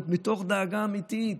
מתוך דאגה אמיתית.